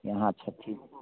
यहाँ छठि